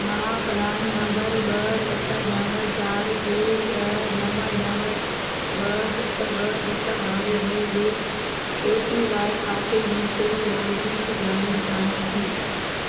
मां पिरान नंबर ॿ सत नवं चार टे छ्ह नवं नवं ॿ सत ॿ सत वारे मुंहिंजे ए पी वाए खाते में कुलु होल्डिंग्स ॼाणणु चाहियां थी